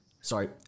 Sorry